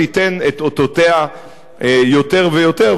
תיתן את אותותיה יותר ויותר.